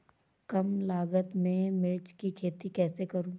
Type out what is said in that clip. कम लागत में मिर्च की खेती कैसे करूँ?